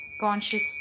conscious